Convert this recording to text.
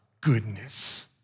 goodness